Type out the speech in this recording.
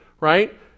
right